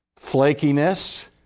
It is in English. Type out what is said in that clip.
flakiness